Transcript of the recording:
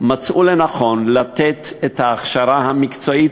מצאו לנכון לתת את ההכשרה המקצועית